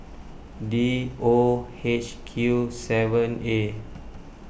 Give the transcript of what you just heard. D O H Q seven A